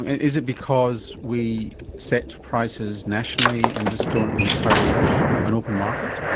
is it because we set prices nationally and just don't encourage an open market?